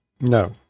No